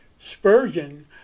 Spurgeon